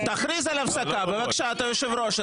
תכריז על הפסקה, בבקשה, אתה יושב ראש.